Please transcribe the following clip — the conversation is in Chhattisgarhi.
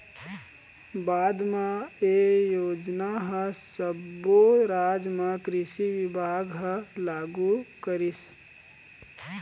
बाद म ए योजना ह सब्बो राज म कृषि बिभाग ह लागू करिस